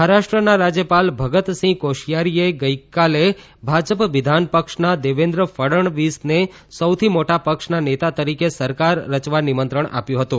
મહારાષ્ટ્રના રાજ્યપાલ ભગતસિંહ કોશિયારીએ ગઇકાલે ભાજપ વિધાનપક્ષના દેવેન્દ્ર ફડણવીસને સૌથી મોટા પક્ષના નેતા તરીકે સરકાર રચવા નિમંત્રણ આપ્યું હતું